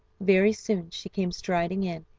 very soon she came striding in,